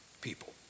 people